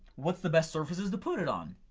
what's the best surfaces to put it on?